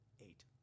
eight